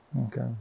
Okay